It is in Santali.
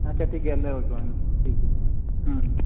ᱟᱪᱷᱟ ᱴᱷᱤᱠ ᱜᱮᱭᱟ ᱤᱱᱟᱹᱜ ᱜᱮᱞᱟᱝ ᱨᱚᱯᱚᱲᱟ ᱴᱷᱤᱠ ᱜᱮᱭᱟ ᱛᱟᱦᱚᱞᱮ